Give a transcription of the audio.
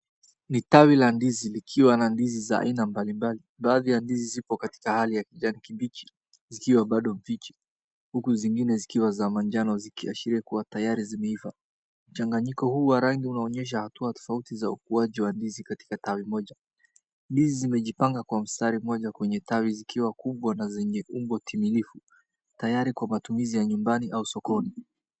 Ni tawi la ndizi likiwa na ndizi za aina mbali mbali. Baadhi ya ndizi zipo katika hali ya kijani kibichi zikiwa bado mbichi huku zingine zikiwa za manjano zikiashiria kuwa tayari zimeiva .Mchanganyiko huu wa rangi unaonyesha hatua tofauti za ukuaji wa ndizi katika tawi moja ndizi zimejipanga kwa mstari moja kwenye tawi zikiwa kubwa na zenye umbo timilifu tayari kwa matumizi ya nyumbani au sokoni.